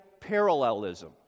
parallelism